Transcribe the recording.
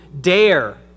dare